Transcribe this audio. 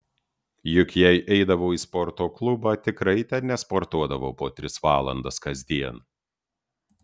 juk jei eidavau į sporto klubą tikrai ten nesportuodavau po tris valandas kasdien